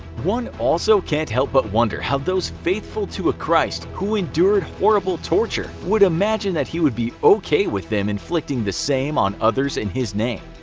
one also can't help but wonder how those faithful to a christ who endured horrible torture would imagine that he would be ok with them inflicting the same on others in his name.